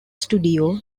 studio